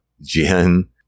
Jen